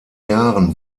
jahren